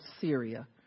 Syria